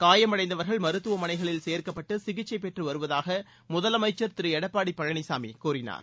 காயமடைந்தவர்கள் மருத்துவமனைகளில் சேர்க்கப்பட்டு சிகிச்சை பெற்று வருவதாக முதலமைச்சர் திரு எடப்பாடி பழனிசாமி கூறினார்